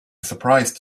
surprise